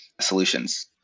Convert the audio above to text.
solutions